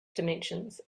dimensions